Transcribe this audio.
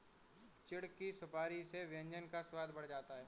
चिढ़ की सुपारी से व्यंजन का स्वाद बढ़ जाता है